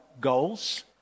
goals